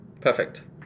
Perfect